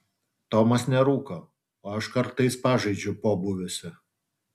tomas nerūko o aš kartais pažaidžiu pobūviuose